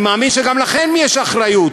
אני מאמין שגם לכם יש אחריות,